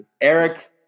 Eric